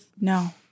no